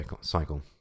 cycle